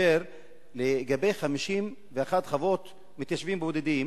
לגבי 51 חוות מתיישבים בודדים,